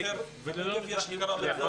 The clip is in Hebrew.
ללא הנגב וללא מזרח ירושלים.